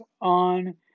on